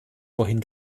vorhin